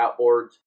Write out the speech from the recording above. outboards